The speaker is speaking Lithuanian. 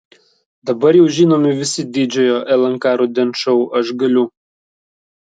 dabar jau žinomi visi didžiojo lnk rudens šou aš galiu